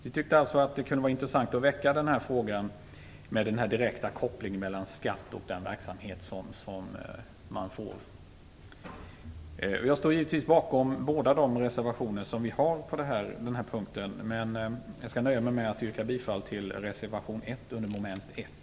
Vi tyckte alltså att det kunde vara intressant att väcka den här frågan med den direkta kopplingen mellan skatt och den verksamhet som man får. Jag står givetvis bakom båda de reservationer vi har på den här punkten, men jag skall nöja mig med att yrka bifall till reservation 1 under moment 1.